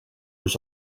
was